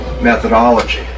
methodology